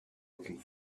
looking